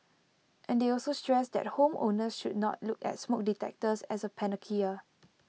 and they also stressed that home owners should not look at smoke detectors as A panacea